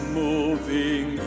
moving